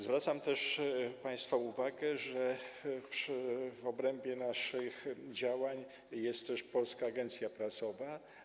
Zwracam również państwa uwagę, że w obrębie naszych działań jest też Polska Agencja Prasowa.